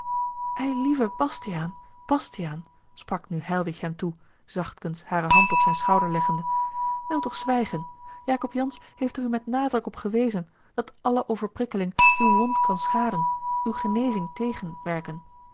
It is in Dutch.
eilieve bastiaan bastiaan sprak nu heilwich hem toe zachtkens hare hand op zijn schouder leggende wil toch zwijgen jacob jansz heeft er u met nadruk op gewezen dat alle overprikkeling uwe wond kan schaden uwe genezing tegenwerken